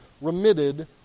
remitted